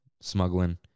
smuggling